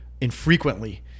Infrequently